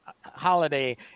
holiday